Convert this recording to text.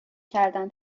کردن